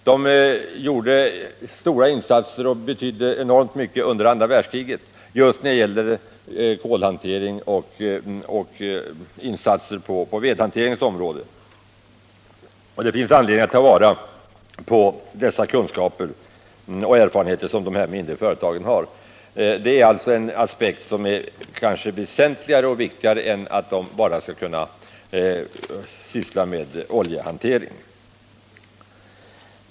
De gjorde stora insatser och betydde enormt mycket under andra världskriget just när det gäller kolhantering och insatser på vedhanteringens område. Det finns anledning att ta till vara de kunskaper och erfarenheter som de här mindre företagen har. Det är en aspekt som kanske är väsentligare och viktigare än att de bara skall garanteras möjligheter till oljehantering.